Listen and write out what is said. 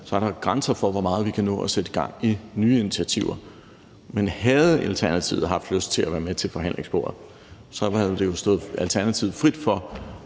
så er der grænser for, hvor meget vi kan nå at sætte i gang af nye initiativer. Men havde Alternativet haft lyst til at være med ved forhandlingsbordet, havde det stået Alternativet frit for